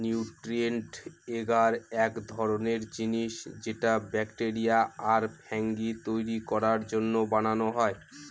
nutrient agar এক ধরনের জিনিস যেটা ব্যাকটেরিয়া আর ফাঙ্গি তৈরী করার জন্য বানানো হয়